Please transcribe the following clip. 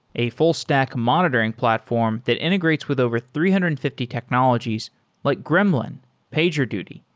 a full stack monitoring platform that integrates with over three hundred and fifty technologies like gremlin, pagerduty,